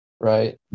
right